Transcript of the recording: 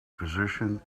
position